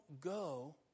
go